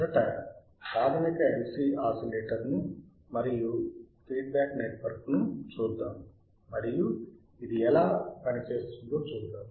మొదట ప్రాథమిక LC oscillator ను మరియు ఫీడ్ బ్యాక్ నెట్వర్క్ను చూద్దాం మరియు ఇది ఎలా పనిచేస్తుందో చూద్దాం